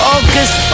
August